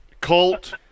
Colt